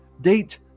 Date